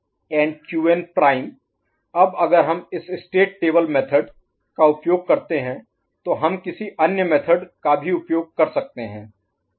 D An Bn Y XQn' अब अगर हम इस स्टेट टेबल मेथड का उपयोग करते हैं तो हम किसी अन्य मेथड Method विधि का भी उपयोग कर सकते हैं